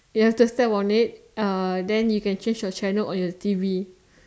you have to step on it uh then you can change your channel on T_V